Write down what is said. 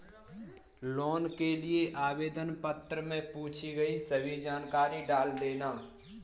loan के लिए आवेदन पत्र में पूछी गई सभी जानकारी डाल देना